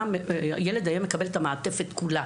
הילד היה מקבל את המעטפת כולה.